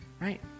right